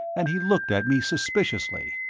and he looked at me suspiciously.